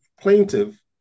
plaintiff